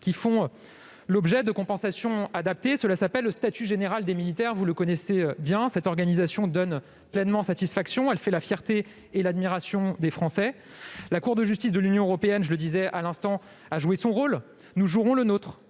qui font l'objet de compensations adaptées ; cela s'appelle le statut général des militaires, vous le connaissez bien. Cette organisation donne pleinement satisfaction, elle fait la fierté et l'admiration des Français. La Cour de justice de l'Union européenne a joué son rôle. Nous jouerons le nôtre